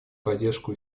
поддержку